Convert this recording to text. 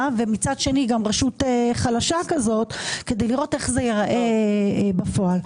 ומצד שני גם רשות חלשה כזאת כדי לראות איך זה ייראה בפועל.